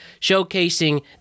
showcasing